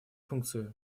функции